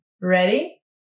Ready